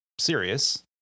serious